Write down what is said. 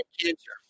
cancer